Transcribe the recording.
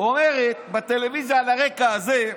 אומרת בטלוויזיה על הרקע הזה: